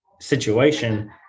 situation